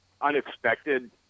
unexpected